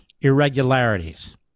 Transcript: irregularities